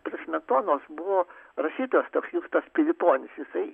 prie smetonos buvo rašytas toks justas piliponis jisai